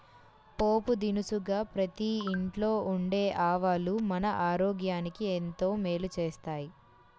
పోపు దినుసుగా ప్రతి ఇంట్లో ఉండే ఆవాలు మన ఆరోగ్యానికి ఎంతో మేలు చేస్తాయి